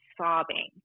sobbing